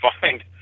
find